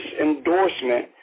endorsement